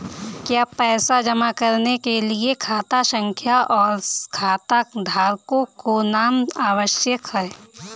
क्या पैसा जमा करने के लिए खाता संख्या और खाताधारकों का नाम आवश्यक है?